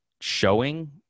showing